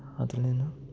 അതിൽ നിന്ന്